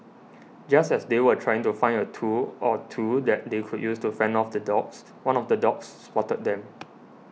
just as they were trying to find a tool or two that they could use to fend off the dogs one of the dogs spotted them